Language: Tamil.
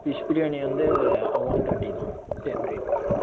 ஃபிஷ் பிரியாணி வந்து ஒன் ட்வெண்ட்டி தான் சேம் ரேட் தான்